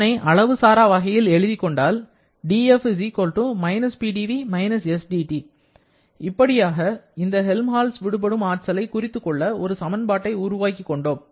இதனை அளவு சாரா வகையில் எழுதி கொண்டால் dF−PdV − SdT இப்படியாக இந்த ஹெல்ம்ஹால்ட்ஸ் விடுபடும் ஆற்றலை குறித்துக்கொள்ள ஒரு சமன்பாட்டை உருவாக்கிக் கொண்டோம்